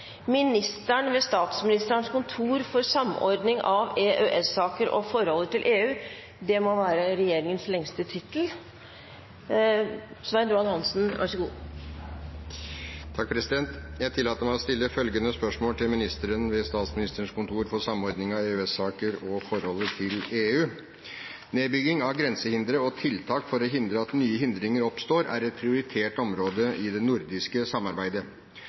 ministeren ved Statsministerens kontor for samordning av EØS-saker og forholdet til EU: «Nedbygging av grensehindre og tiltak for å unngå at nye hindringer oppstår, er et prioritert område i det nordiske samarbeidet.